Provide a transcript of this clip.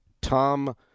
Tom